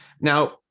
Now